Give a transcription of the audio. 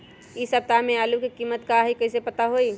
इ सप्ताह में आलू के कीमत का है कईसे पता होई?